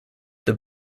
this